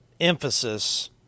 emphasis